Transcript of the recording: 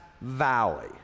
valley